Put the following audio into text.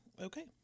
Okay